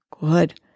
Good